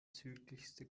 südlichste